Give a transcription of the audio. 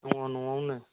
दं न'आवनो